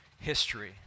history